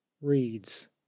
Reads